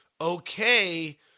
okay